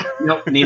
Nope